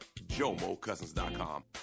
JomoCousins.com